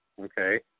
Okay